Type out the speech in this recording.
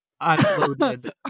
unloaded